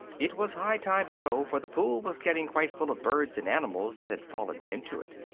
it was high time to go, for the pool was getting quite full of birds and animals that had fallen into it.